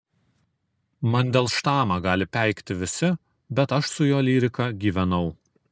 mandelštamą gali peikti visi bet aš su jo lyrika gyvenau